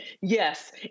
yes